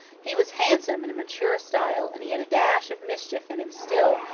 he was handsome in a mature style, and he had a dash of mischief in him still,